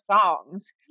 songs